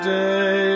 day